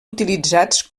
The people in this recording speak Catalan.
utilitzats